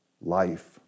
Life